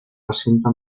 recinte